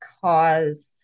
cause